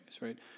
right